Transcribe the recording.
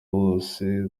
bose